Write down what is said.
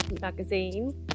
magazine